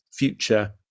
future